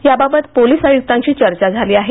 याबाबत पोलिस आयुक्तांशी चर्चा झाली आहे